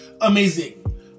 amazing